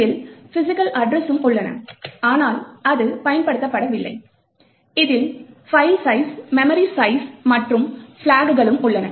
இதில் பிஸிக்கல் அட்ட்ரஸ்சும் உள்ளன ஆனால் அது பயன்படுத்தப்படவில்லை இதில் பைல் சைஸ் மெமரி சைஸ் மற்றும் பிளக் களும் உள்ளன